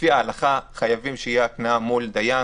לפי ההלכה צריך שתהיה התנעה מול דיין.